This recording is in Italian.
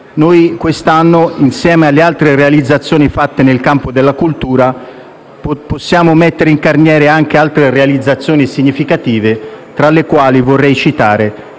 quest'anno, insieme alle altre realizzazioni fatte nel campo della cultura, possiamo mettere nel carniere anche altre realizzazioni significative, tra le quali vorrei citare